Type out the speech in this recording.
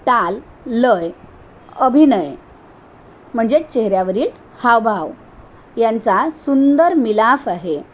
ताल लय अभिनय म्हणजेच चेहऱ्यावरील हावभाव यांचा सुंदर मिलाफ आहे